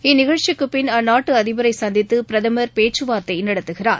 இந்நிகழ்ச்சிக்குபின் அந்நாட்டுஅதிபரைசந்தித்துபேச்சுவார்த்தைநடத்துகிறார்